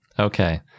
Okay